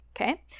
Okay